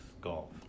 golf